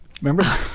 Remember